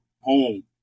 home